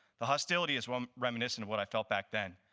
the hostility is um reminiscent of what i felt back then.